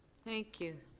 thank you.